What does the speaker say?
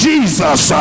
Jesus